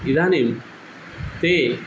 इदानीं ते